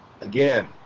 again